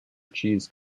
cheese